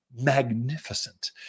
magnificent